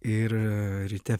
ir ryte